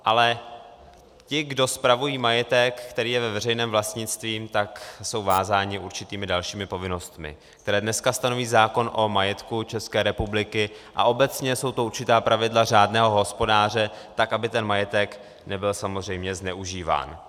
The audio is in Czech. Ale ti, kdo spravují majetek, který je ve veřejném vlastnictví, jsou vázáni určitými dalšími povinnostmi, které dneska stanoví zákon o majetku České republiky, a obecně jsou to určitá pravidla řádného hospodáře, tak aby ten majetek nebyl samozřejmě zneužíván.